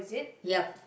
yep